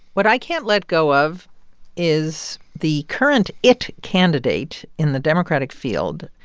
what i can't let go of is the current it candidate in the democratic field,